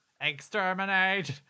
Exterminate